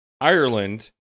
Ireland